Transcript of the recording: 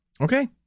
Okay